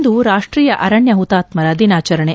ಇಂದು ರಾಷ್ಟೀಯ ಅರಣ್ಯ ಹುತಾತ್ಮರ ದಿನಾಚರಣೆ